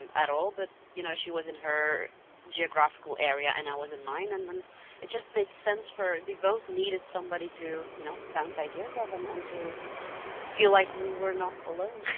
um at all, but you know she was in her geographical area and i was in mine, and and it just made sense. we both needed somebody to, you know, bounce ideas off and and to feel like we were not alone.